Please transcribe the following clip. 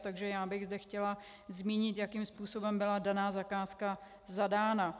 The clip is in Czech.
Takže já bych zde chtěla zmínit, jakým způsobem byla daná zakázka zadána.